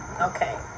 Okay